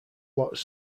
lots